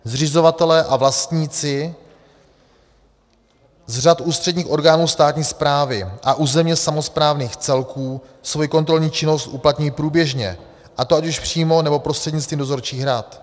Zřizovatelé a vlastníci z řad ústředních orgánů státní správy a územně samosprávných celků svoji kontrolní činnost uplatňují průběžně, a to ať už přímo, nebo prostřednictvím dozorčích rad.